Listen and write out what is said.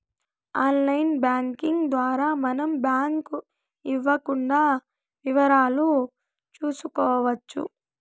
online banking ద్వారా మనం bank ఇవ్వకుండా వివరాలు చూసుకోవచ్చు